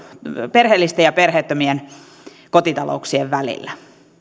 perheellisten ja perheettömien kotitalouksien välillä